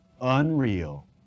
unreal